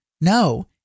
No